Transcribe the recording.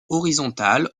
horizontale